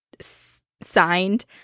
signed